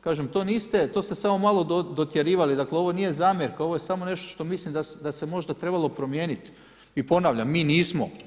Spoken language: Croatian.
kažem to niste, to ste samo malo dotjerivali dakle, ovo nije zamjerka, ovo je samo nešto što mislim da se možda trebalo promijeniti i ponavljam, mi nismo.